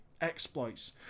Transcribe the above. exploits